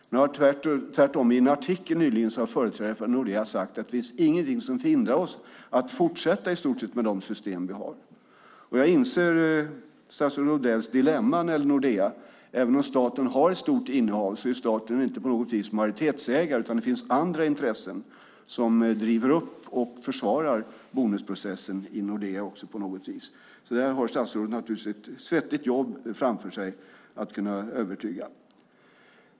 Tvärtom har företrädare för Nordea i en artikel nyligen sagt: Det finns ingenting som hindrar oss att i stort sett fortsätta med de system vi har. Jag inser statsrådet Odells dilemma när det gäller Nordea. Även om staten har ett stort aktieinnehav är staten inte på något vis majoritetsägare, utan det finns andra intressen som driver på och försvarar bonusprocessen i Nordea. Där har statsrådet naturligtvis ett svettigt jobb framför sig när det gäller att kunna övertyga.